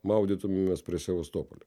maudytumėmės prie sevastopolio